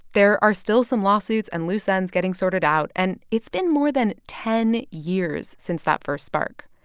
there are still some lawsuits and loose ends getting sorted out, and it's been more than ten years since that first spark.